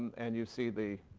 and you see the